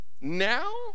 Now